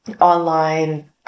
online